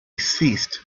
ceased